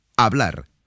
Hablar